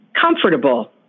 comfortable